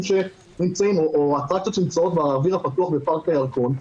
או אטרקציות שנמצאות באוויר הפתוח בפארק הירקון,